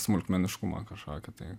smulkmeniškumą kažkokį tai